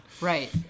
right